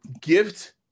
gift